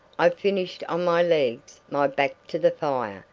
i finished on my legs, my back to the fire,